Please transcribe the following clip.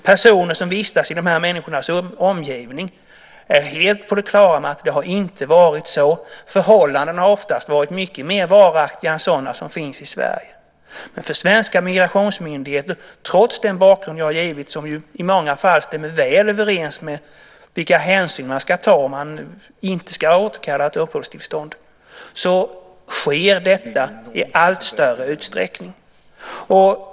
Personer som vistas i de här människornas omgivning är helt på det klara med att det inte har varit så. Förhållandena har ofta varit mycket mer varaktiga än sådana som finns i Sverige. Men trots att den bakgrund jag givit i många fall stämmer väl överens med vilka hänsyn man ska ta för att inte återkalla ett uppehållstillstånd gör svenska migrationsmyndigheter detta i allt större utsträckning.